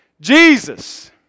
Jesus